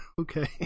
Okay